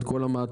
את כל המעטפת,